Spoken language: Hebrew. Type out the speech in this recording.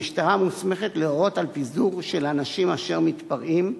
המשטרה מוסמכת להורות על פיזור של אנשים אשר מתפרעים,